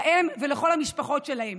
להם ולכל המשפחות שלהם.